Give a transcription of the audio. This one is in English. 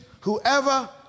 whoever